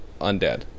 undead